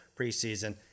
preseason